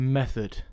method